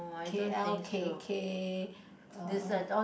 K L K K uh